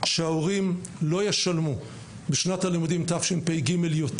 שההורים לא ישלמו בשנת הלימודים תשפ"ג יותר